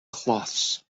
cloths